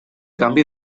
canvi